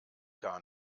gar